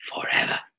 forever